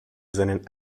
seinen